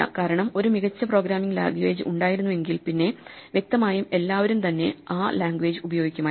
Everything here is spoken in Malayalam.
കാരണം ഒരു മികച്ച പ്രോഗ്രാമിങ് ലാംഗ്വേജ് ഉണ്ടായിരുന്നു എങ്കിൽ പിന്നെ വ്യക്തമായും എല്ലാവരും തന്നെ ആ ലാംഗ്വേജ് ഉപയോഗിക്കുമായിരുന്നു